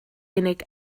unig